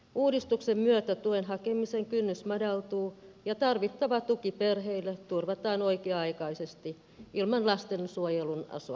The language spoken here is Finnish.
uudistuksen myötä tuen hakemisen kynnys madaltuu ja tarvittava tuki perheille turvataan oikea aikaisesti ilman lastensuojelun asiakkuutta